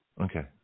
Okay